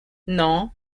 non